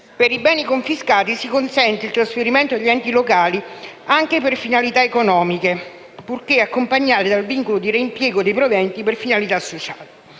Per i beni confiscati si consente il trasferimento agli enti locali, anche per finalità economiche, purché accompagnate dal vincolo di reimpiego dei proventi per finalità sociali.